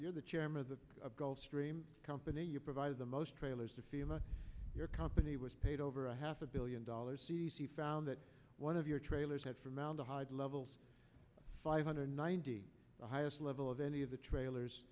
you're the chairman of the gulfstream company you provided the most trailers to feel your company was paid over a half a billion dollars c c found that one of your trailers had formaldehyde levels five hundred ninety the highest level of any of the trailers